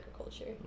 agriculture